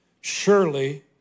surely